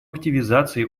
активизации